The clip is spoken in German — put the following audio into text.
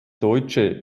deutsche